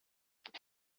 dydi